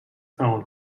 owned